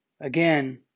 Again